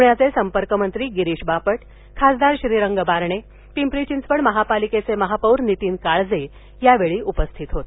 पुण्याचे संपर्कमंत्री गिरीश बापट खासदार श्रीरंग बारणे पिंपरी चिंचवड महानगरपालिकेचे महापौर नितीन काळजे यावेळी उपस्थित होते